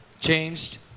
changed